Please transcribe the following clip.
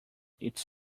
it’s